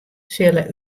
sille